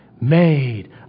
made